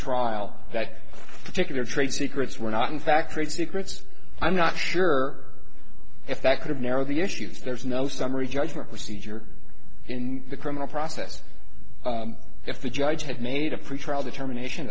trial that particular trade secrets were not in fact trade secrets i'm not sure if that could have narrowed the issues there's no summary judgment procedure in the criminal process if the judge had made a pretrial determination